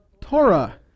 Torah